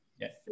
yes